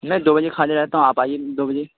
میں دو بجے خالی رہتا ہوں آپ آئیے دو بجے